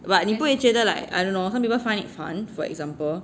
but 你不会觉得 like like I don't know some people find it fun for example